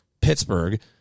Pittsburgh